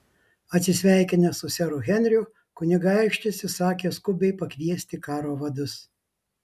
atsisveikinęs su seru henriu kunigaikštis įsakė skubiai pakviesti karo vadus